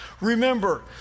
Remember